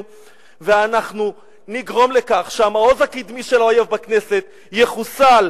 ואנחנו נגרום לכך שהמעוז הקדמי של האויב בכנסת יחוסל,